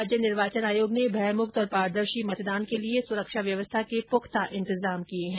राज्य निर्वाचन आयोग ने भयमुक्त और पारदर्शी मतदान के लिए सुरक्षा व्यवस्था के पुख्ता इंतजाम किए है